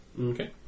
Okay